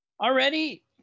Already